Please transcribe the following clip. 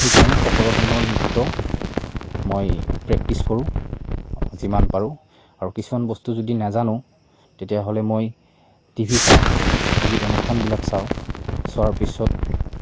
সেইকাৰণে সকলো ধৰণৰ নৃত্য মই প্ৰেক্টিচ কৰোঁ যিমান পাৰোঁ আৰু কিছুমান বস্তু যদি নাজানো তেতিয়াহ'লে মই টি ভি চাওঁ টি ভিত অনুষ্ঠানবিলাক চাওঁ চোৱাৰ পিছত